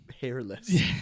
hairless